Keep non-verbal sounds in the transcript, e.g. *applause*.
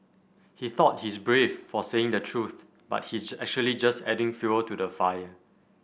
he thought he's brave for saying the truth but he's *unintelligible* actually just adding fuel to the fire